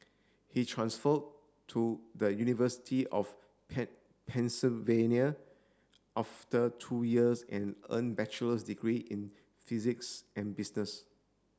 he transfer to the University of Pennsylvania after two years and earn bachelor's degree in physics and business